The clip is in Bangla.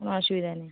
অসুবিধা নেই